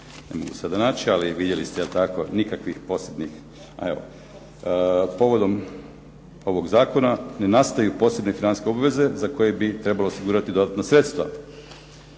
ne mogu sada naći, ali vidjeli ste, je li tako, nikakvih posebnih, evo, povodom ovog zakona ne nastaju posebne financijske obveze za koje bi trebalo osigurati dodatna sredstva.